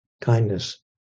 kindness